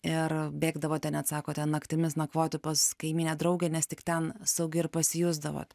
ir bėgdavote net sakote naktimis nakvoti pas kaimynę draugę nes tik ten saugi ir pasijusdavot